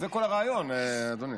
זה כל הרעיון, אדוני.